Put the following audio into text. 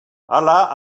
hala